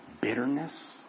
Bitterness